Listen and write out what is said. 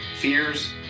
fears